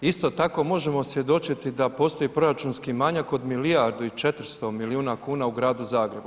Isto tako možemo svjedočiti da postoji proračunski manjak od milijardu i 400 milijuna kuna u Gradu Zagrebu.